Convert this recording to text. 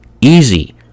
easy